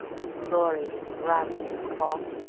who gloried and groused and fought?